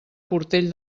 portell